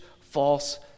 false